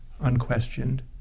unquestioned